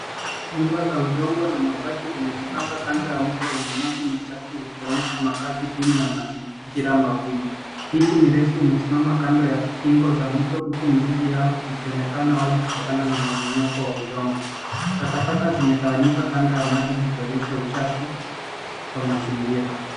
Nyumba za udongo na mabati zimejipanga kando ya mto wenye maji machafu, zikionyesha makaazi duni na mazingira magumu. Miti mirefu imesimama kando ya kingo za mto, huku mzizi yao ikionekana wazi kutokana na mmomonyoko wa udongo. Takataka zimetawanyika kando ya maji zikionyesha uchafu wa mazingira.